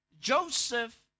Joseph